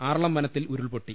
ആറളം വനത്തിൽ ഉരുൾപൊട്ടി